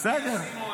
סימון,